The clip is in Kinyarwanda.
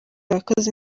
abakozi